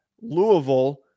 Louisville